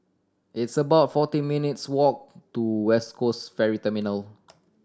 it's about forty minutes' walk to West Coast Ferry